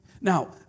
Now